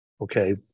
okay